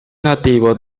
nativo